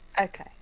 Okay